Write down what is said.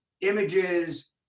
images